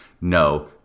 No